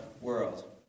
world